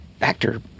actor